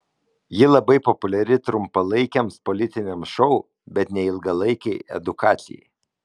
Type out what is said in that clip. ji labai populiari trumpalaikiams politiniams šou bet ne ilgalaikei edukacijai